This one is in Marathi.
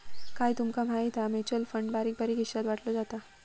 काय तूमका माहिती हा? म्युचल फंड बारीक बारीक हिशात वाटलो जाता